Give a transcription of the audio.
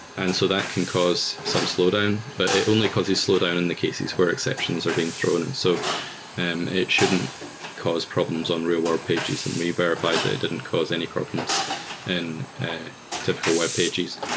and so that can cause some slowdown, but it only causes slowdown in the cases where exceptions are being thrown. and so and it shouldn't cause problems on real webpages and may verify that it didn't cause any problems in typical webpages,